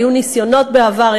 היו ניסיונות בעבר,